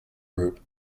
group